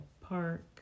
park